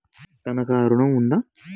తనఖా ఋణం ఉందా?